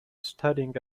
studying